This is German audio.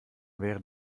während